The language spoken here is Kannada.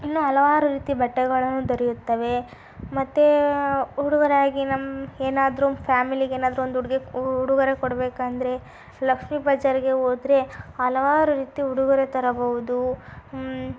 ಇನ್ನೂ ಹಲವಾರು ರೀತಿಯ ಬಟ್ಟೆಗಳನ್ನು ದೊರೆಯುತ್ತವೆ ಮತ್ತೆ ಹುಡುಗರಾಗಿ ನಮ್ಮ ಏನಾದರೂ ಫ್ಯಾಮಿಲಿಗೆ ಏನಾದರೂ ಒಂದು ಉಡುಗೆ ಉಡುಗೊರೆ ಕೊಡಬೇಕೆಂದ್ರೆ ಲಕ್ಷ್ಮೀ ಬಜಾರಿಗೆ ಹೋದರೆ ಹಲವಾರು ರೀತಿಯ ಉಡುಗೊರೆ ತರಬಹುದು